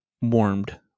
warmed